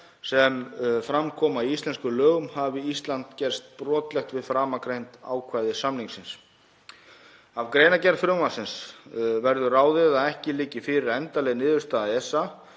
sem fram koma í íslenskum lögum hafi Ísland gerst brotlegt við framangreind ákvæði samningsins. Af greinargerð frumvarpsins verður ráðið að ekki liggi fyrir endanleg niðurstaða